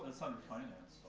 ah some finance.